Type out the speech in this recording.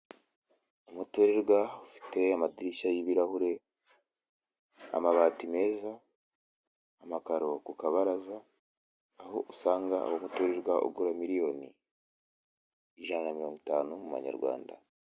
Umuturirwa ufite amadirishya y'ibirahure, amabati meza, amakaro ku kabaraza, aho usanga uwo muturirwa ugura miliyoni ijana na mirongo itanu mu manyarwanda.